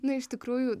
na ištikrųjų